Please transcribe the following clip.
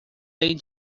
têm